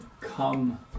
come